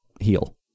heal